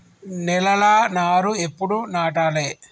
నేలలా నారు ఎప్పుడు నాటాలె?